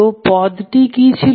তো পদটি ই ছিল